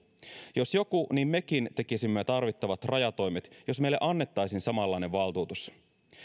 jos joku niin mekin tekisimme tarvittavat rajatoimet jos meille annettaisiin samanlainen valtuutus